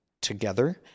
Together